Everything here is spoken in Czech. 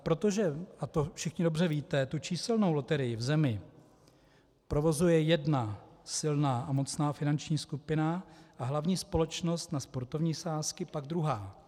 Protože, a to všichni dobře víte, tu číselnou loterii v zemi provozuje jedna silná a mocná finanční skupina a hlavní společnost na sportovní sázky pak druhá.